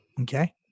okay